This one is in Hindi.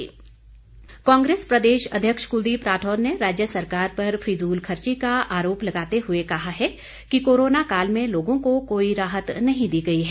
कुलदीप राठौर कांग्रेस प्रदेश अध्यक्ष कुलदीप राठौर ने राज्य सरकार पर फिजूल खर्ची का आरोप लगाते हुए कहा है कि कोरोना काल में लोगों को कोई राहत नहीं दी गई है